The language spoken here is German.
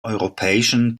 europäischen